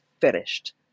finished